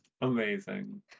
Amazing